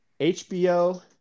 HBO